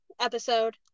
episode